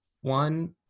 One